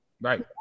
right